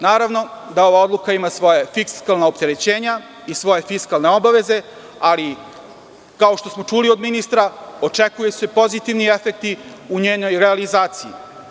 Naravno da ova odluka ima svoja fiskalna opterećenja i svoje fiskalne obaveze, ali, kao što smo čuli od ministra, očekuju se pozitivni efekti u njenoj realizaciji.